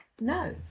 no